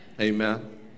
Amen